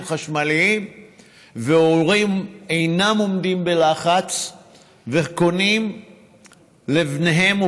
חשמליים והורים אינם עומדים בלחץ וקונים לבניהם או